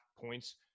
points